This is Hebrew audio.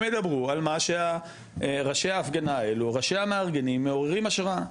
הם ידברו על מה שראשי ההפגנה האלו ראשי המארגנים מעוררים השראה.